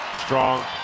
strong